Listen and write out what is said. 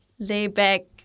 layback